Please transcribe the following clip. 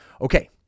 okay